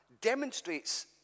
demonstrates